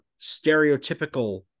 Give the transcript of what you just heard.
stereotypical